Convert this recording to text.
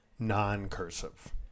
Non-cursive